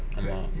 ya